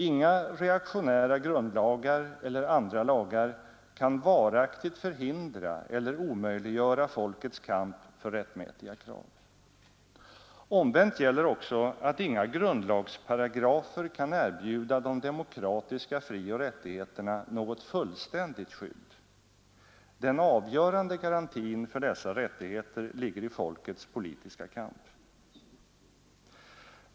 Inga reaktionära grundlagar eller andra lagar kan varaktigt förhindra eller omöjliggöra folkets kamp för rättmätiga krav. Omvänt gäller också att inga grundlagsparagrafer kan erbjuda de demokratiska frioch rättigheterna något fullständigt skydd. Den avgörande garantin för dessa rättigheter ligger i folkets politiska kamp.